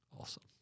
Awesome